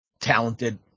talented